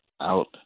out